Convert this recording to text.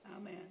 Amen